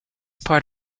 part